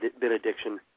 benediction